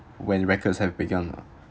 when records have begun lah